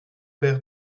père